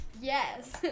Yes